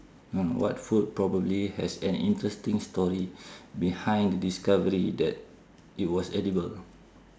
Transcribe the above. mm what food probably has an interesting story behind the discovery that it was edible